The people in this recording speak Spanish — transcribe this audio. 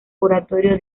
oratorio